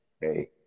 Hey